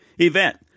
Event